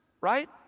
right